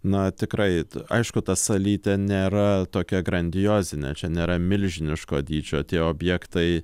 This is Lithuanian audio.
na tikrai aišku ta salytė nėra tokia grandiozinė čia nėra milžiniško dydžio tie objektai